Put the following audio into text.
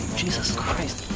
jesus christ.